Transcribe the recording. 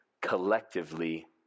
collectively